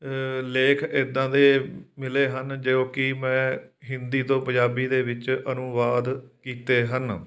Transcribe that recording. ਲੇਖ ਇਦਾਂ ਦੇ ਮਿਲੇ ਹਨ ਜੋ ਕਿ ਮੈਂ ਹਿੰਦੀ ਤੋਂ ਪੰਜਾਬੀ ਦੇ ਵਿੱਚ ਅਨੁਵਾਦ ਕੀਤੇ ਹਨ